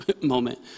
moment